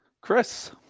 Chris